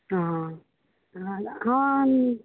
ହଁ ହଁ ହଁ ନ